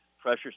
pressure